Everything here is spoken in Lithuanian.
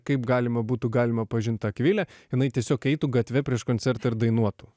kaip galima būtų galima pažint akvilę jinai tiesiog eitų gatve prieš koncertą ir dainuotų